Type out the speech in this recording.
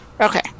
Okay